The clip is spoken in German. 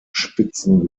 spitzen